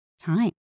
time